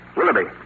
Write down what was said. Willoughby